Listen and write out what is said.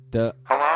Hello